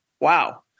Wow